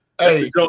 Hey